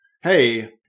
hey